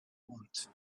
want